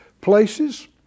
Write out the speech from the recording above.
places